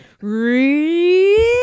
read